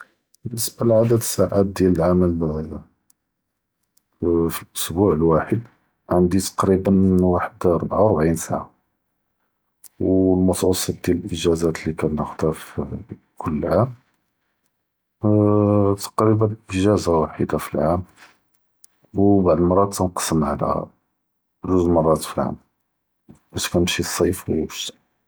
באלניסבה לעדד אלשעעות דיאל אלח’דמה, פ אסבוע וואחד ענדי תכריבא וחד אלארבעה ו רבעין שעעה, ו אלמתווסאט דיאל אליג’אזאת ליקאן נחודהא פ כל עאם, אה תכריבא איג’אזה וחדה פ אלעאם, ו בעד אלמראת תנקסם עלא זוג مرات פ אלעאם, באש כנמשי.